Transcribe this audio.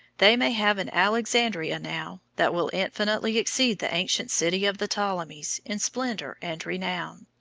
they may have an alexandria now that will infinitely exceed the ancient city of the ptolemies in splendor and renown.